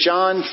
John